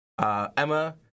Emma